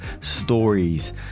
stories